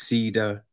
Cedar